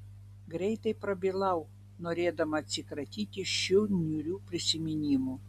greitai prabilau norėdama atsikratyti šių niūrių prisiminimų